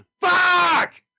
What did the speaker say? Fuck